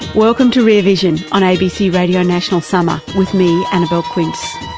welcome to rear vision on abc radio national summer, with me, annabelle quince.